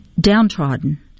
downtrodden